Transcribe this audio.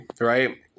right